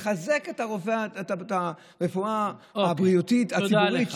לחזק את הרפואה הבריאותית הציבורית,